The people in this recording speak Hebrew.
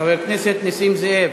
חבר הכנסת נסים זאב,